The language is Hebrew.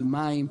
מים,